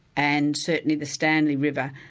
and certainly the stanley river,